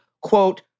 quote